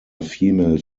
female